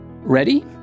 Ready